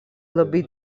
labai